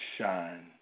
shine